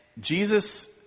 Jesus